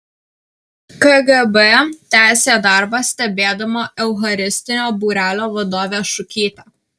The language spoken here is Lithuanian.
kgb tęsė darbą stebėdama eucharistinio būrelio vadovę šukytę